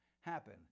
happen